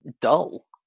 dull